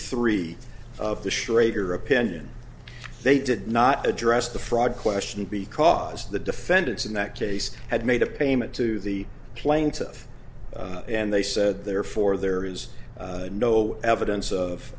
three of the schrader opinion they did not address the fraud question because the defendants in that case had made a payment to the plaintiff and they said therefore there is no evidence of